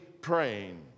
praying